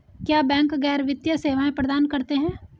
क्या बैंक गैर वित्तीय सेवाएं प्रदान करते हैं?